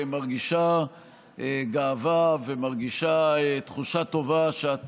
מרגישה גאווה ומרגישה תחושה טובה שאת